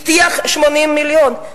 הבטיח 80 מיליון.